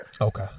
okay